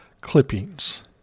clippings